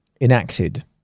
enacted